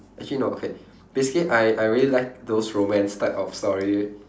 actually no okay basically I I really like those romance type of story